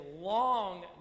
long